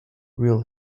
real